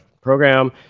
program